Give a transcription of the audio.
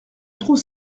trouve